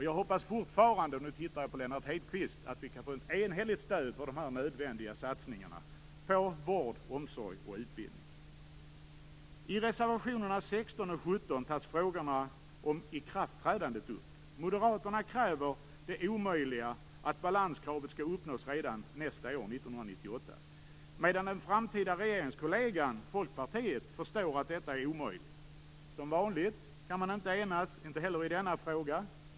Jag hoppas fortfarande - och nu tittar jag på Lennart Hedquist - på ett enhälligt stöd för de nödvändiga satsningarna på vård, omsorg och utbildning. I reservationerna 16 och 17 tas frågorna om ikraftträdandet upp. Moderaterna kräver det omöjliga att balanskravet skall uppnås redan nästa år 1998 medan den framtida regeringskollegan Folkpartiet förstår att detta är omöjligt. Som vanligt kan man inte enas, och inte heller i denna fråga.